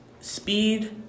speed